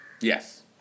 Yes